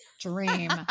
Dream